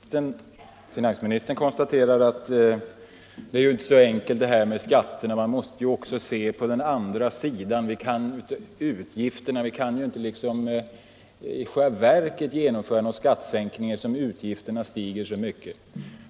Herr talman! Finansministern konstaterade att det inte är så enkelt det här med skatterna. Man måste också se på den andra sidan, på utgifterna, och vi kan inte i själva verket genomföra någon skattesänkning eftersom utgifterna stiger så mycket.